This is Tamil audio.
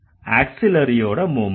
ஆக்ஸிலரியோட மூவ்மெண்ட்